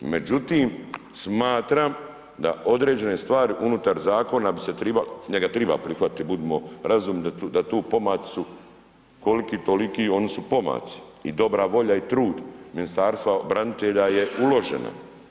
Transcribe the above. Međutim, smatram da određene stvari unutar zakona bi se trebalo, njega treba prihvatiti, budimo razumni, da tu pomaci su koliki-toliki, oni su pomaci i dobra volja i trud Ministarstva branitelja je uloženo.